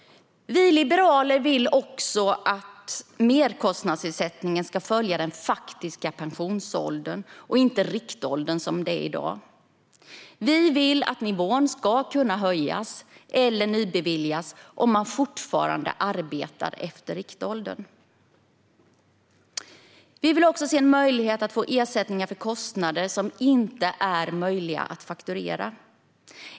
Vi liberaler vill också att merkostnadsersättningen ska följa den faktiska pensionsåldern och inte riktåldern, som i dag. Vi vill att nivån ska kunna höjas eller nybeviljas om man fortfarande arbetar efter riktåldern. Vi vill även se en möjlighet att få ersättning för kostnader som inte är möjliga att fakturera.